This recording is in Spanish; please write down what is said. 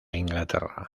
inglaterra